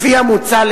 לפי המוצע,